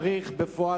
בפועל,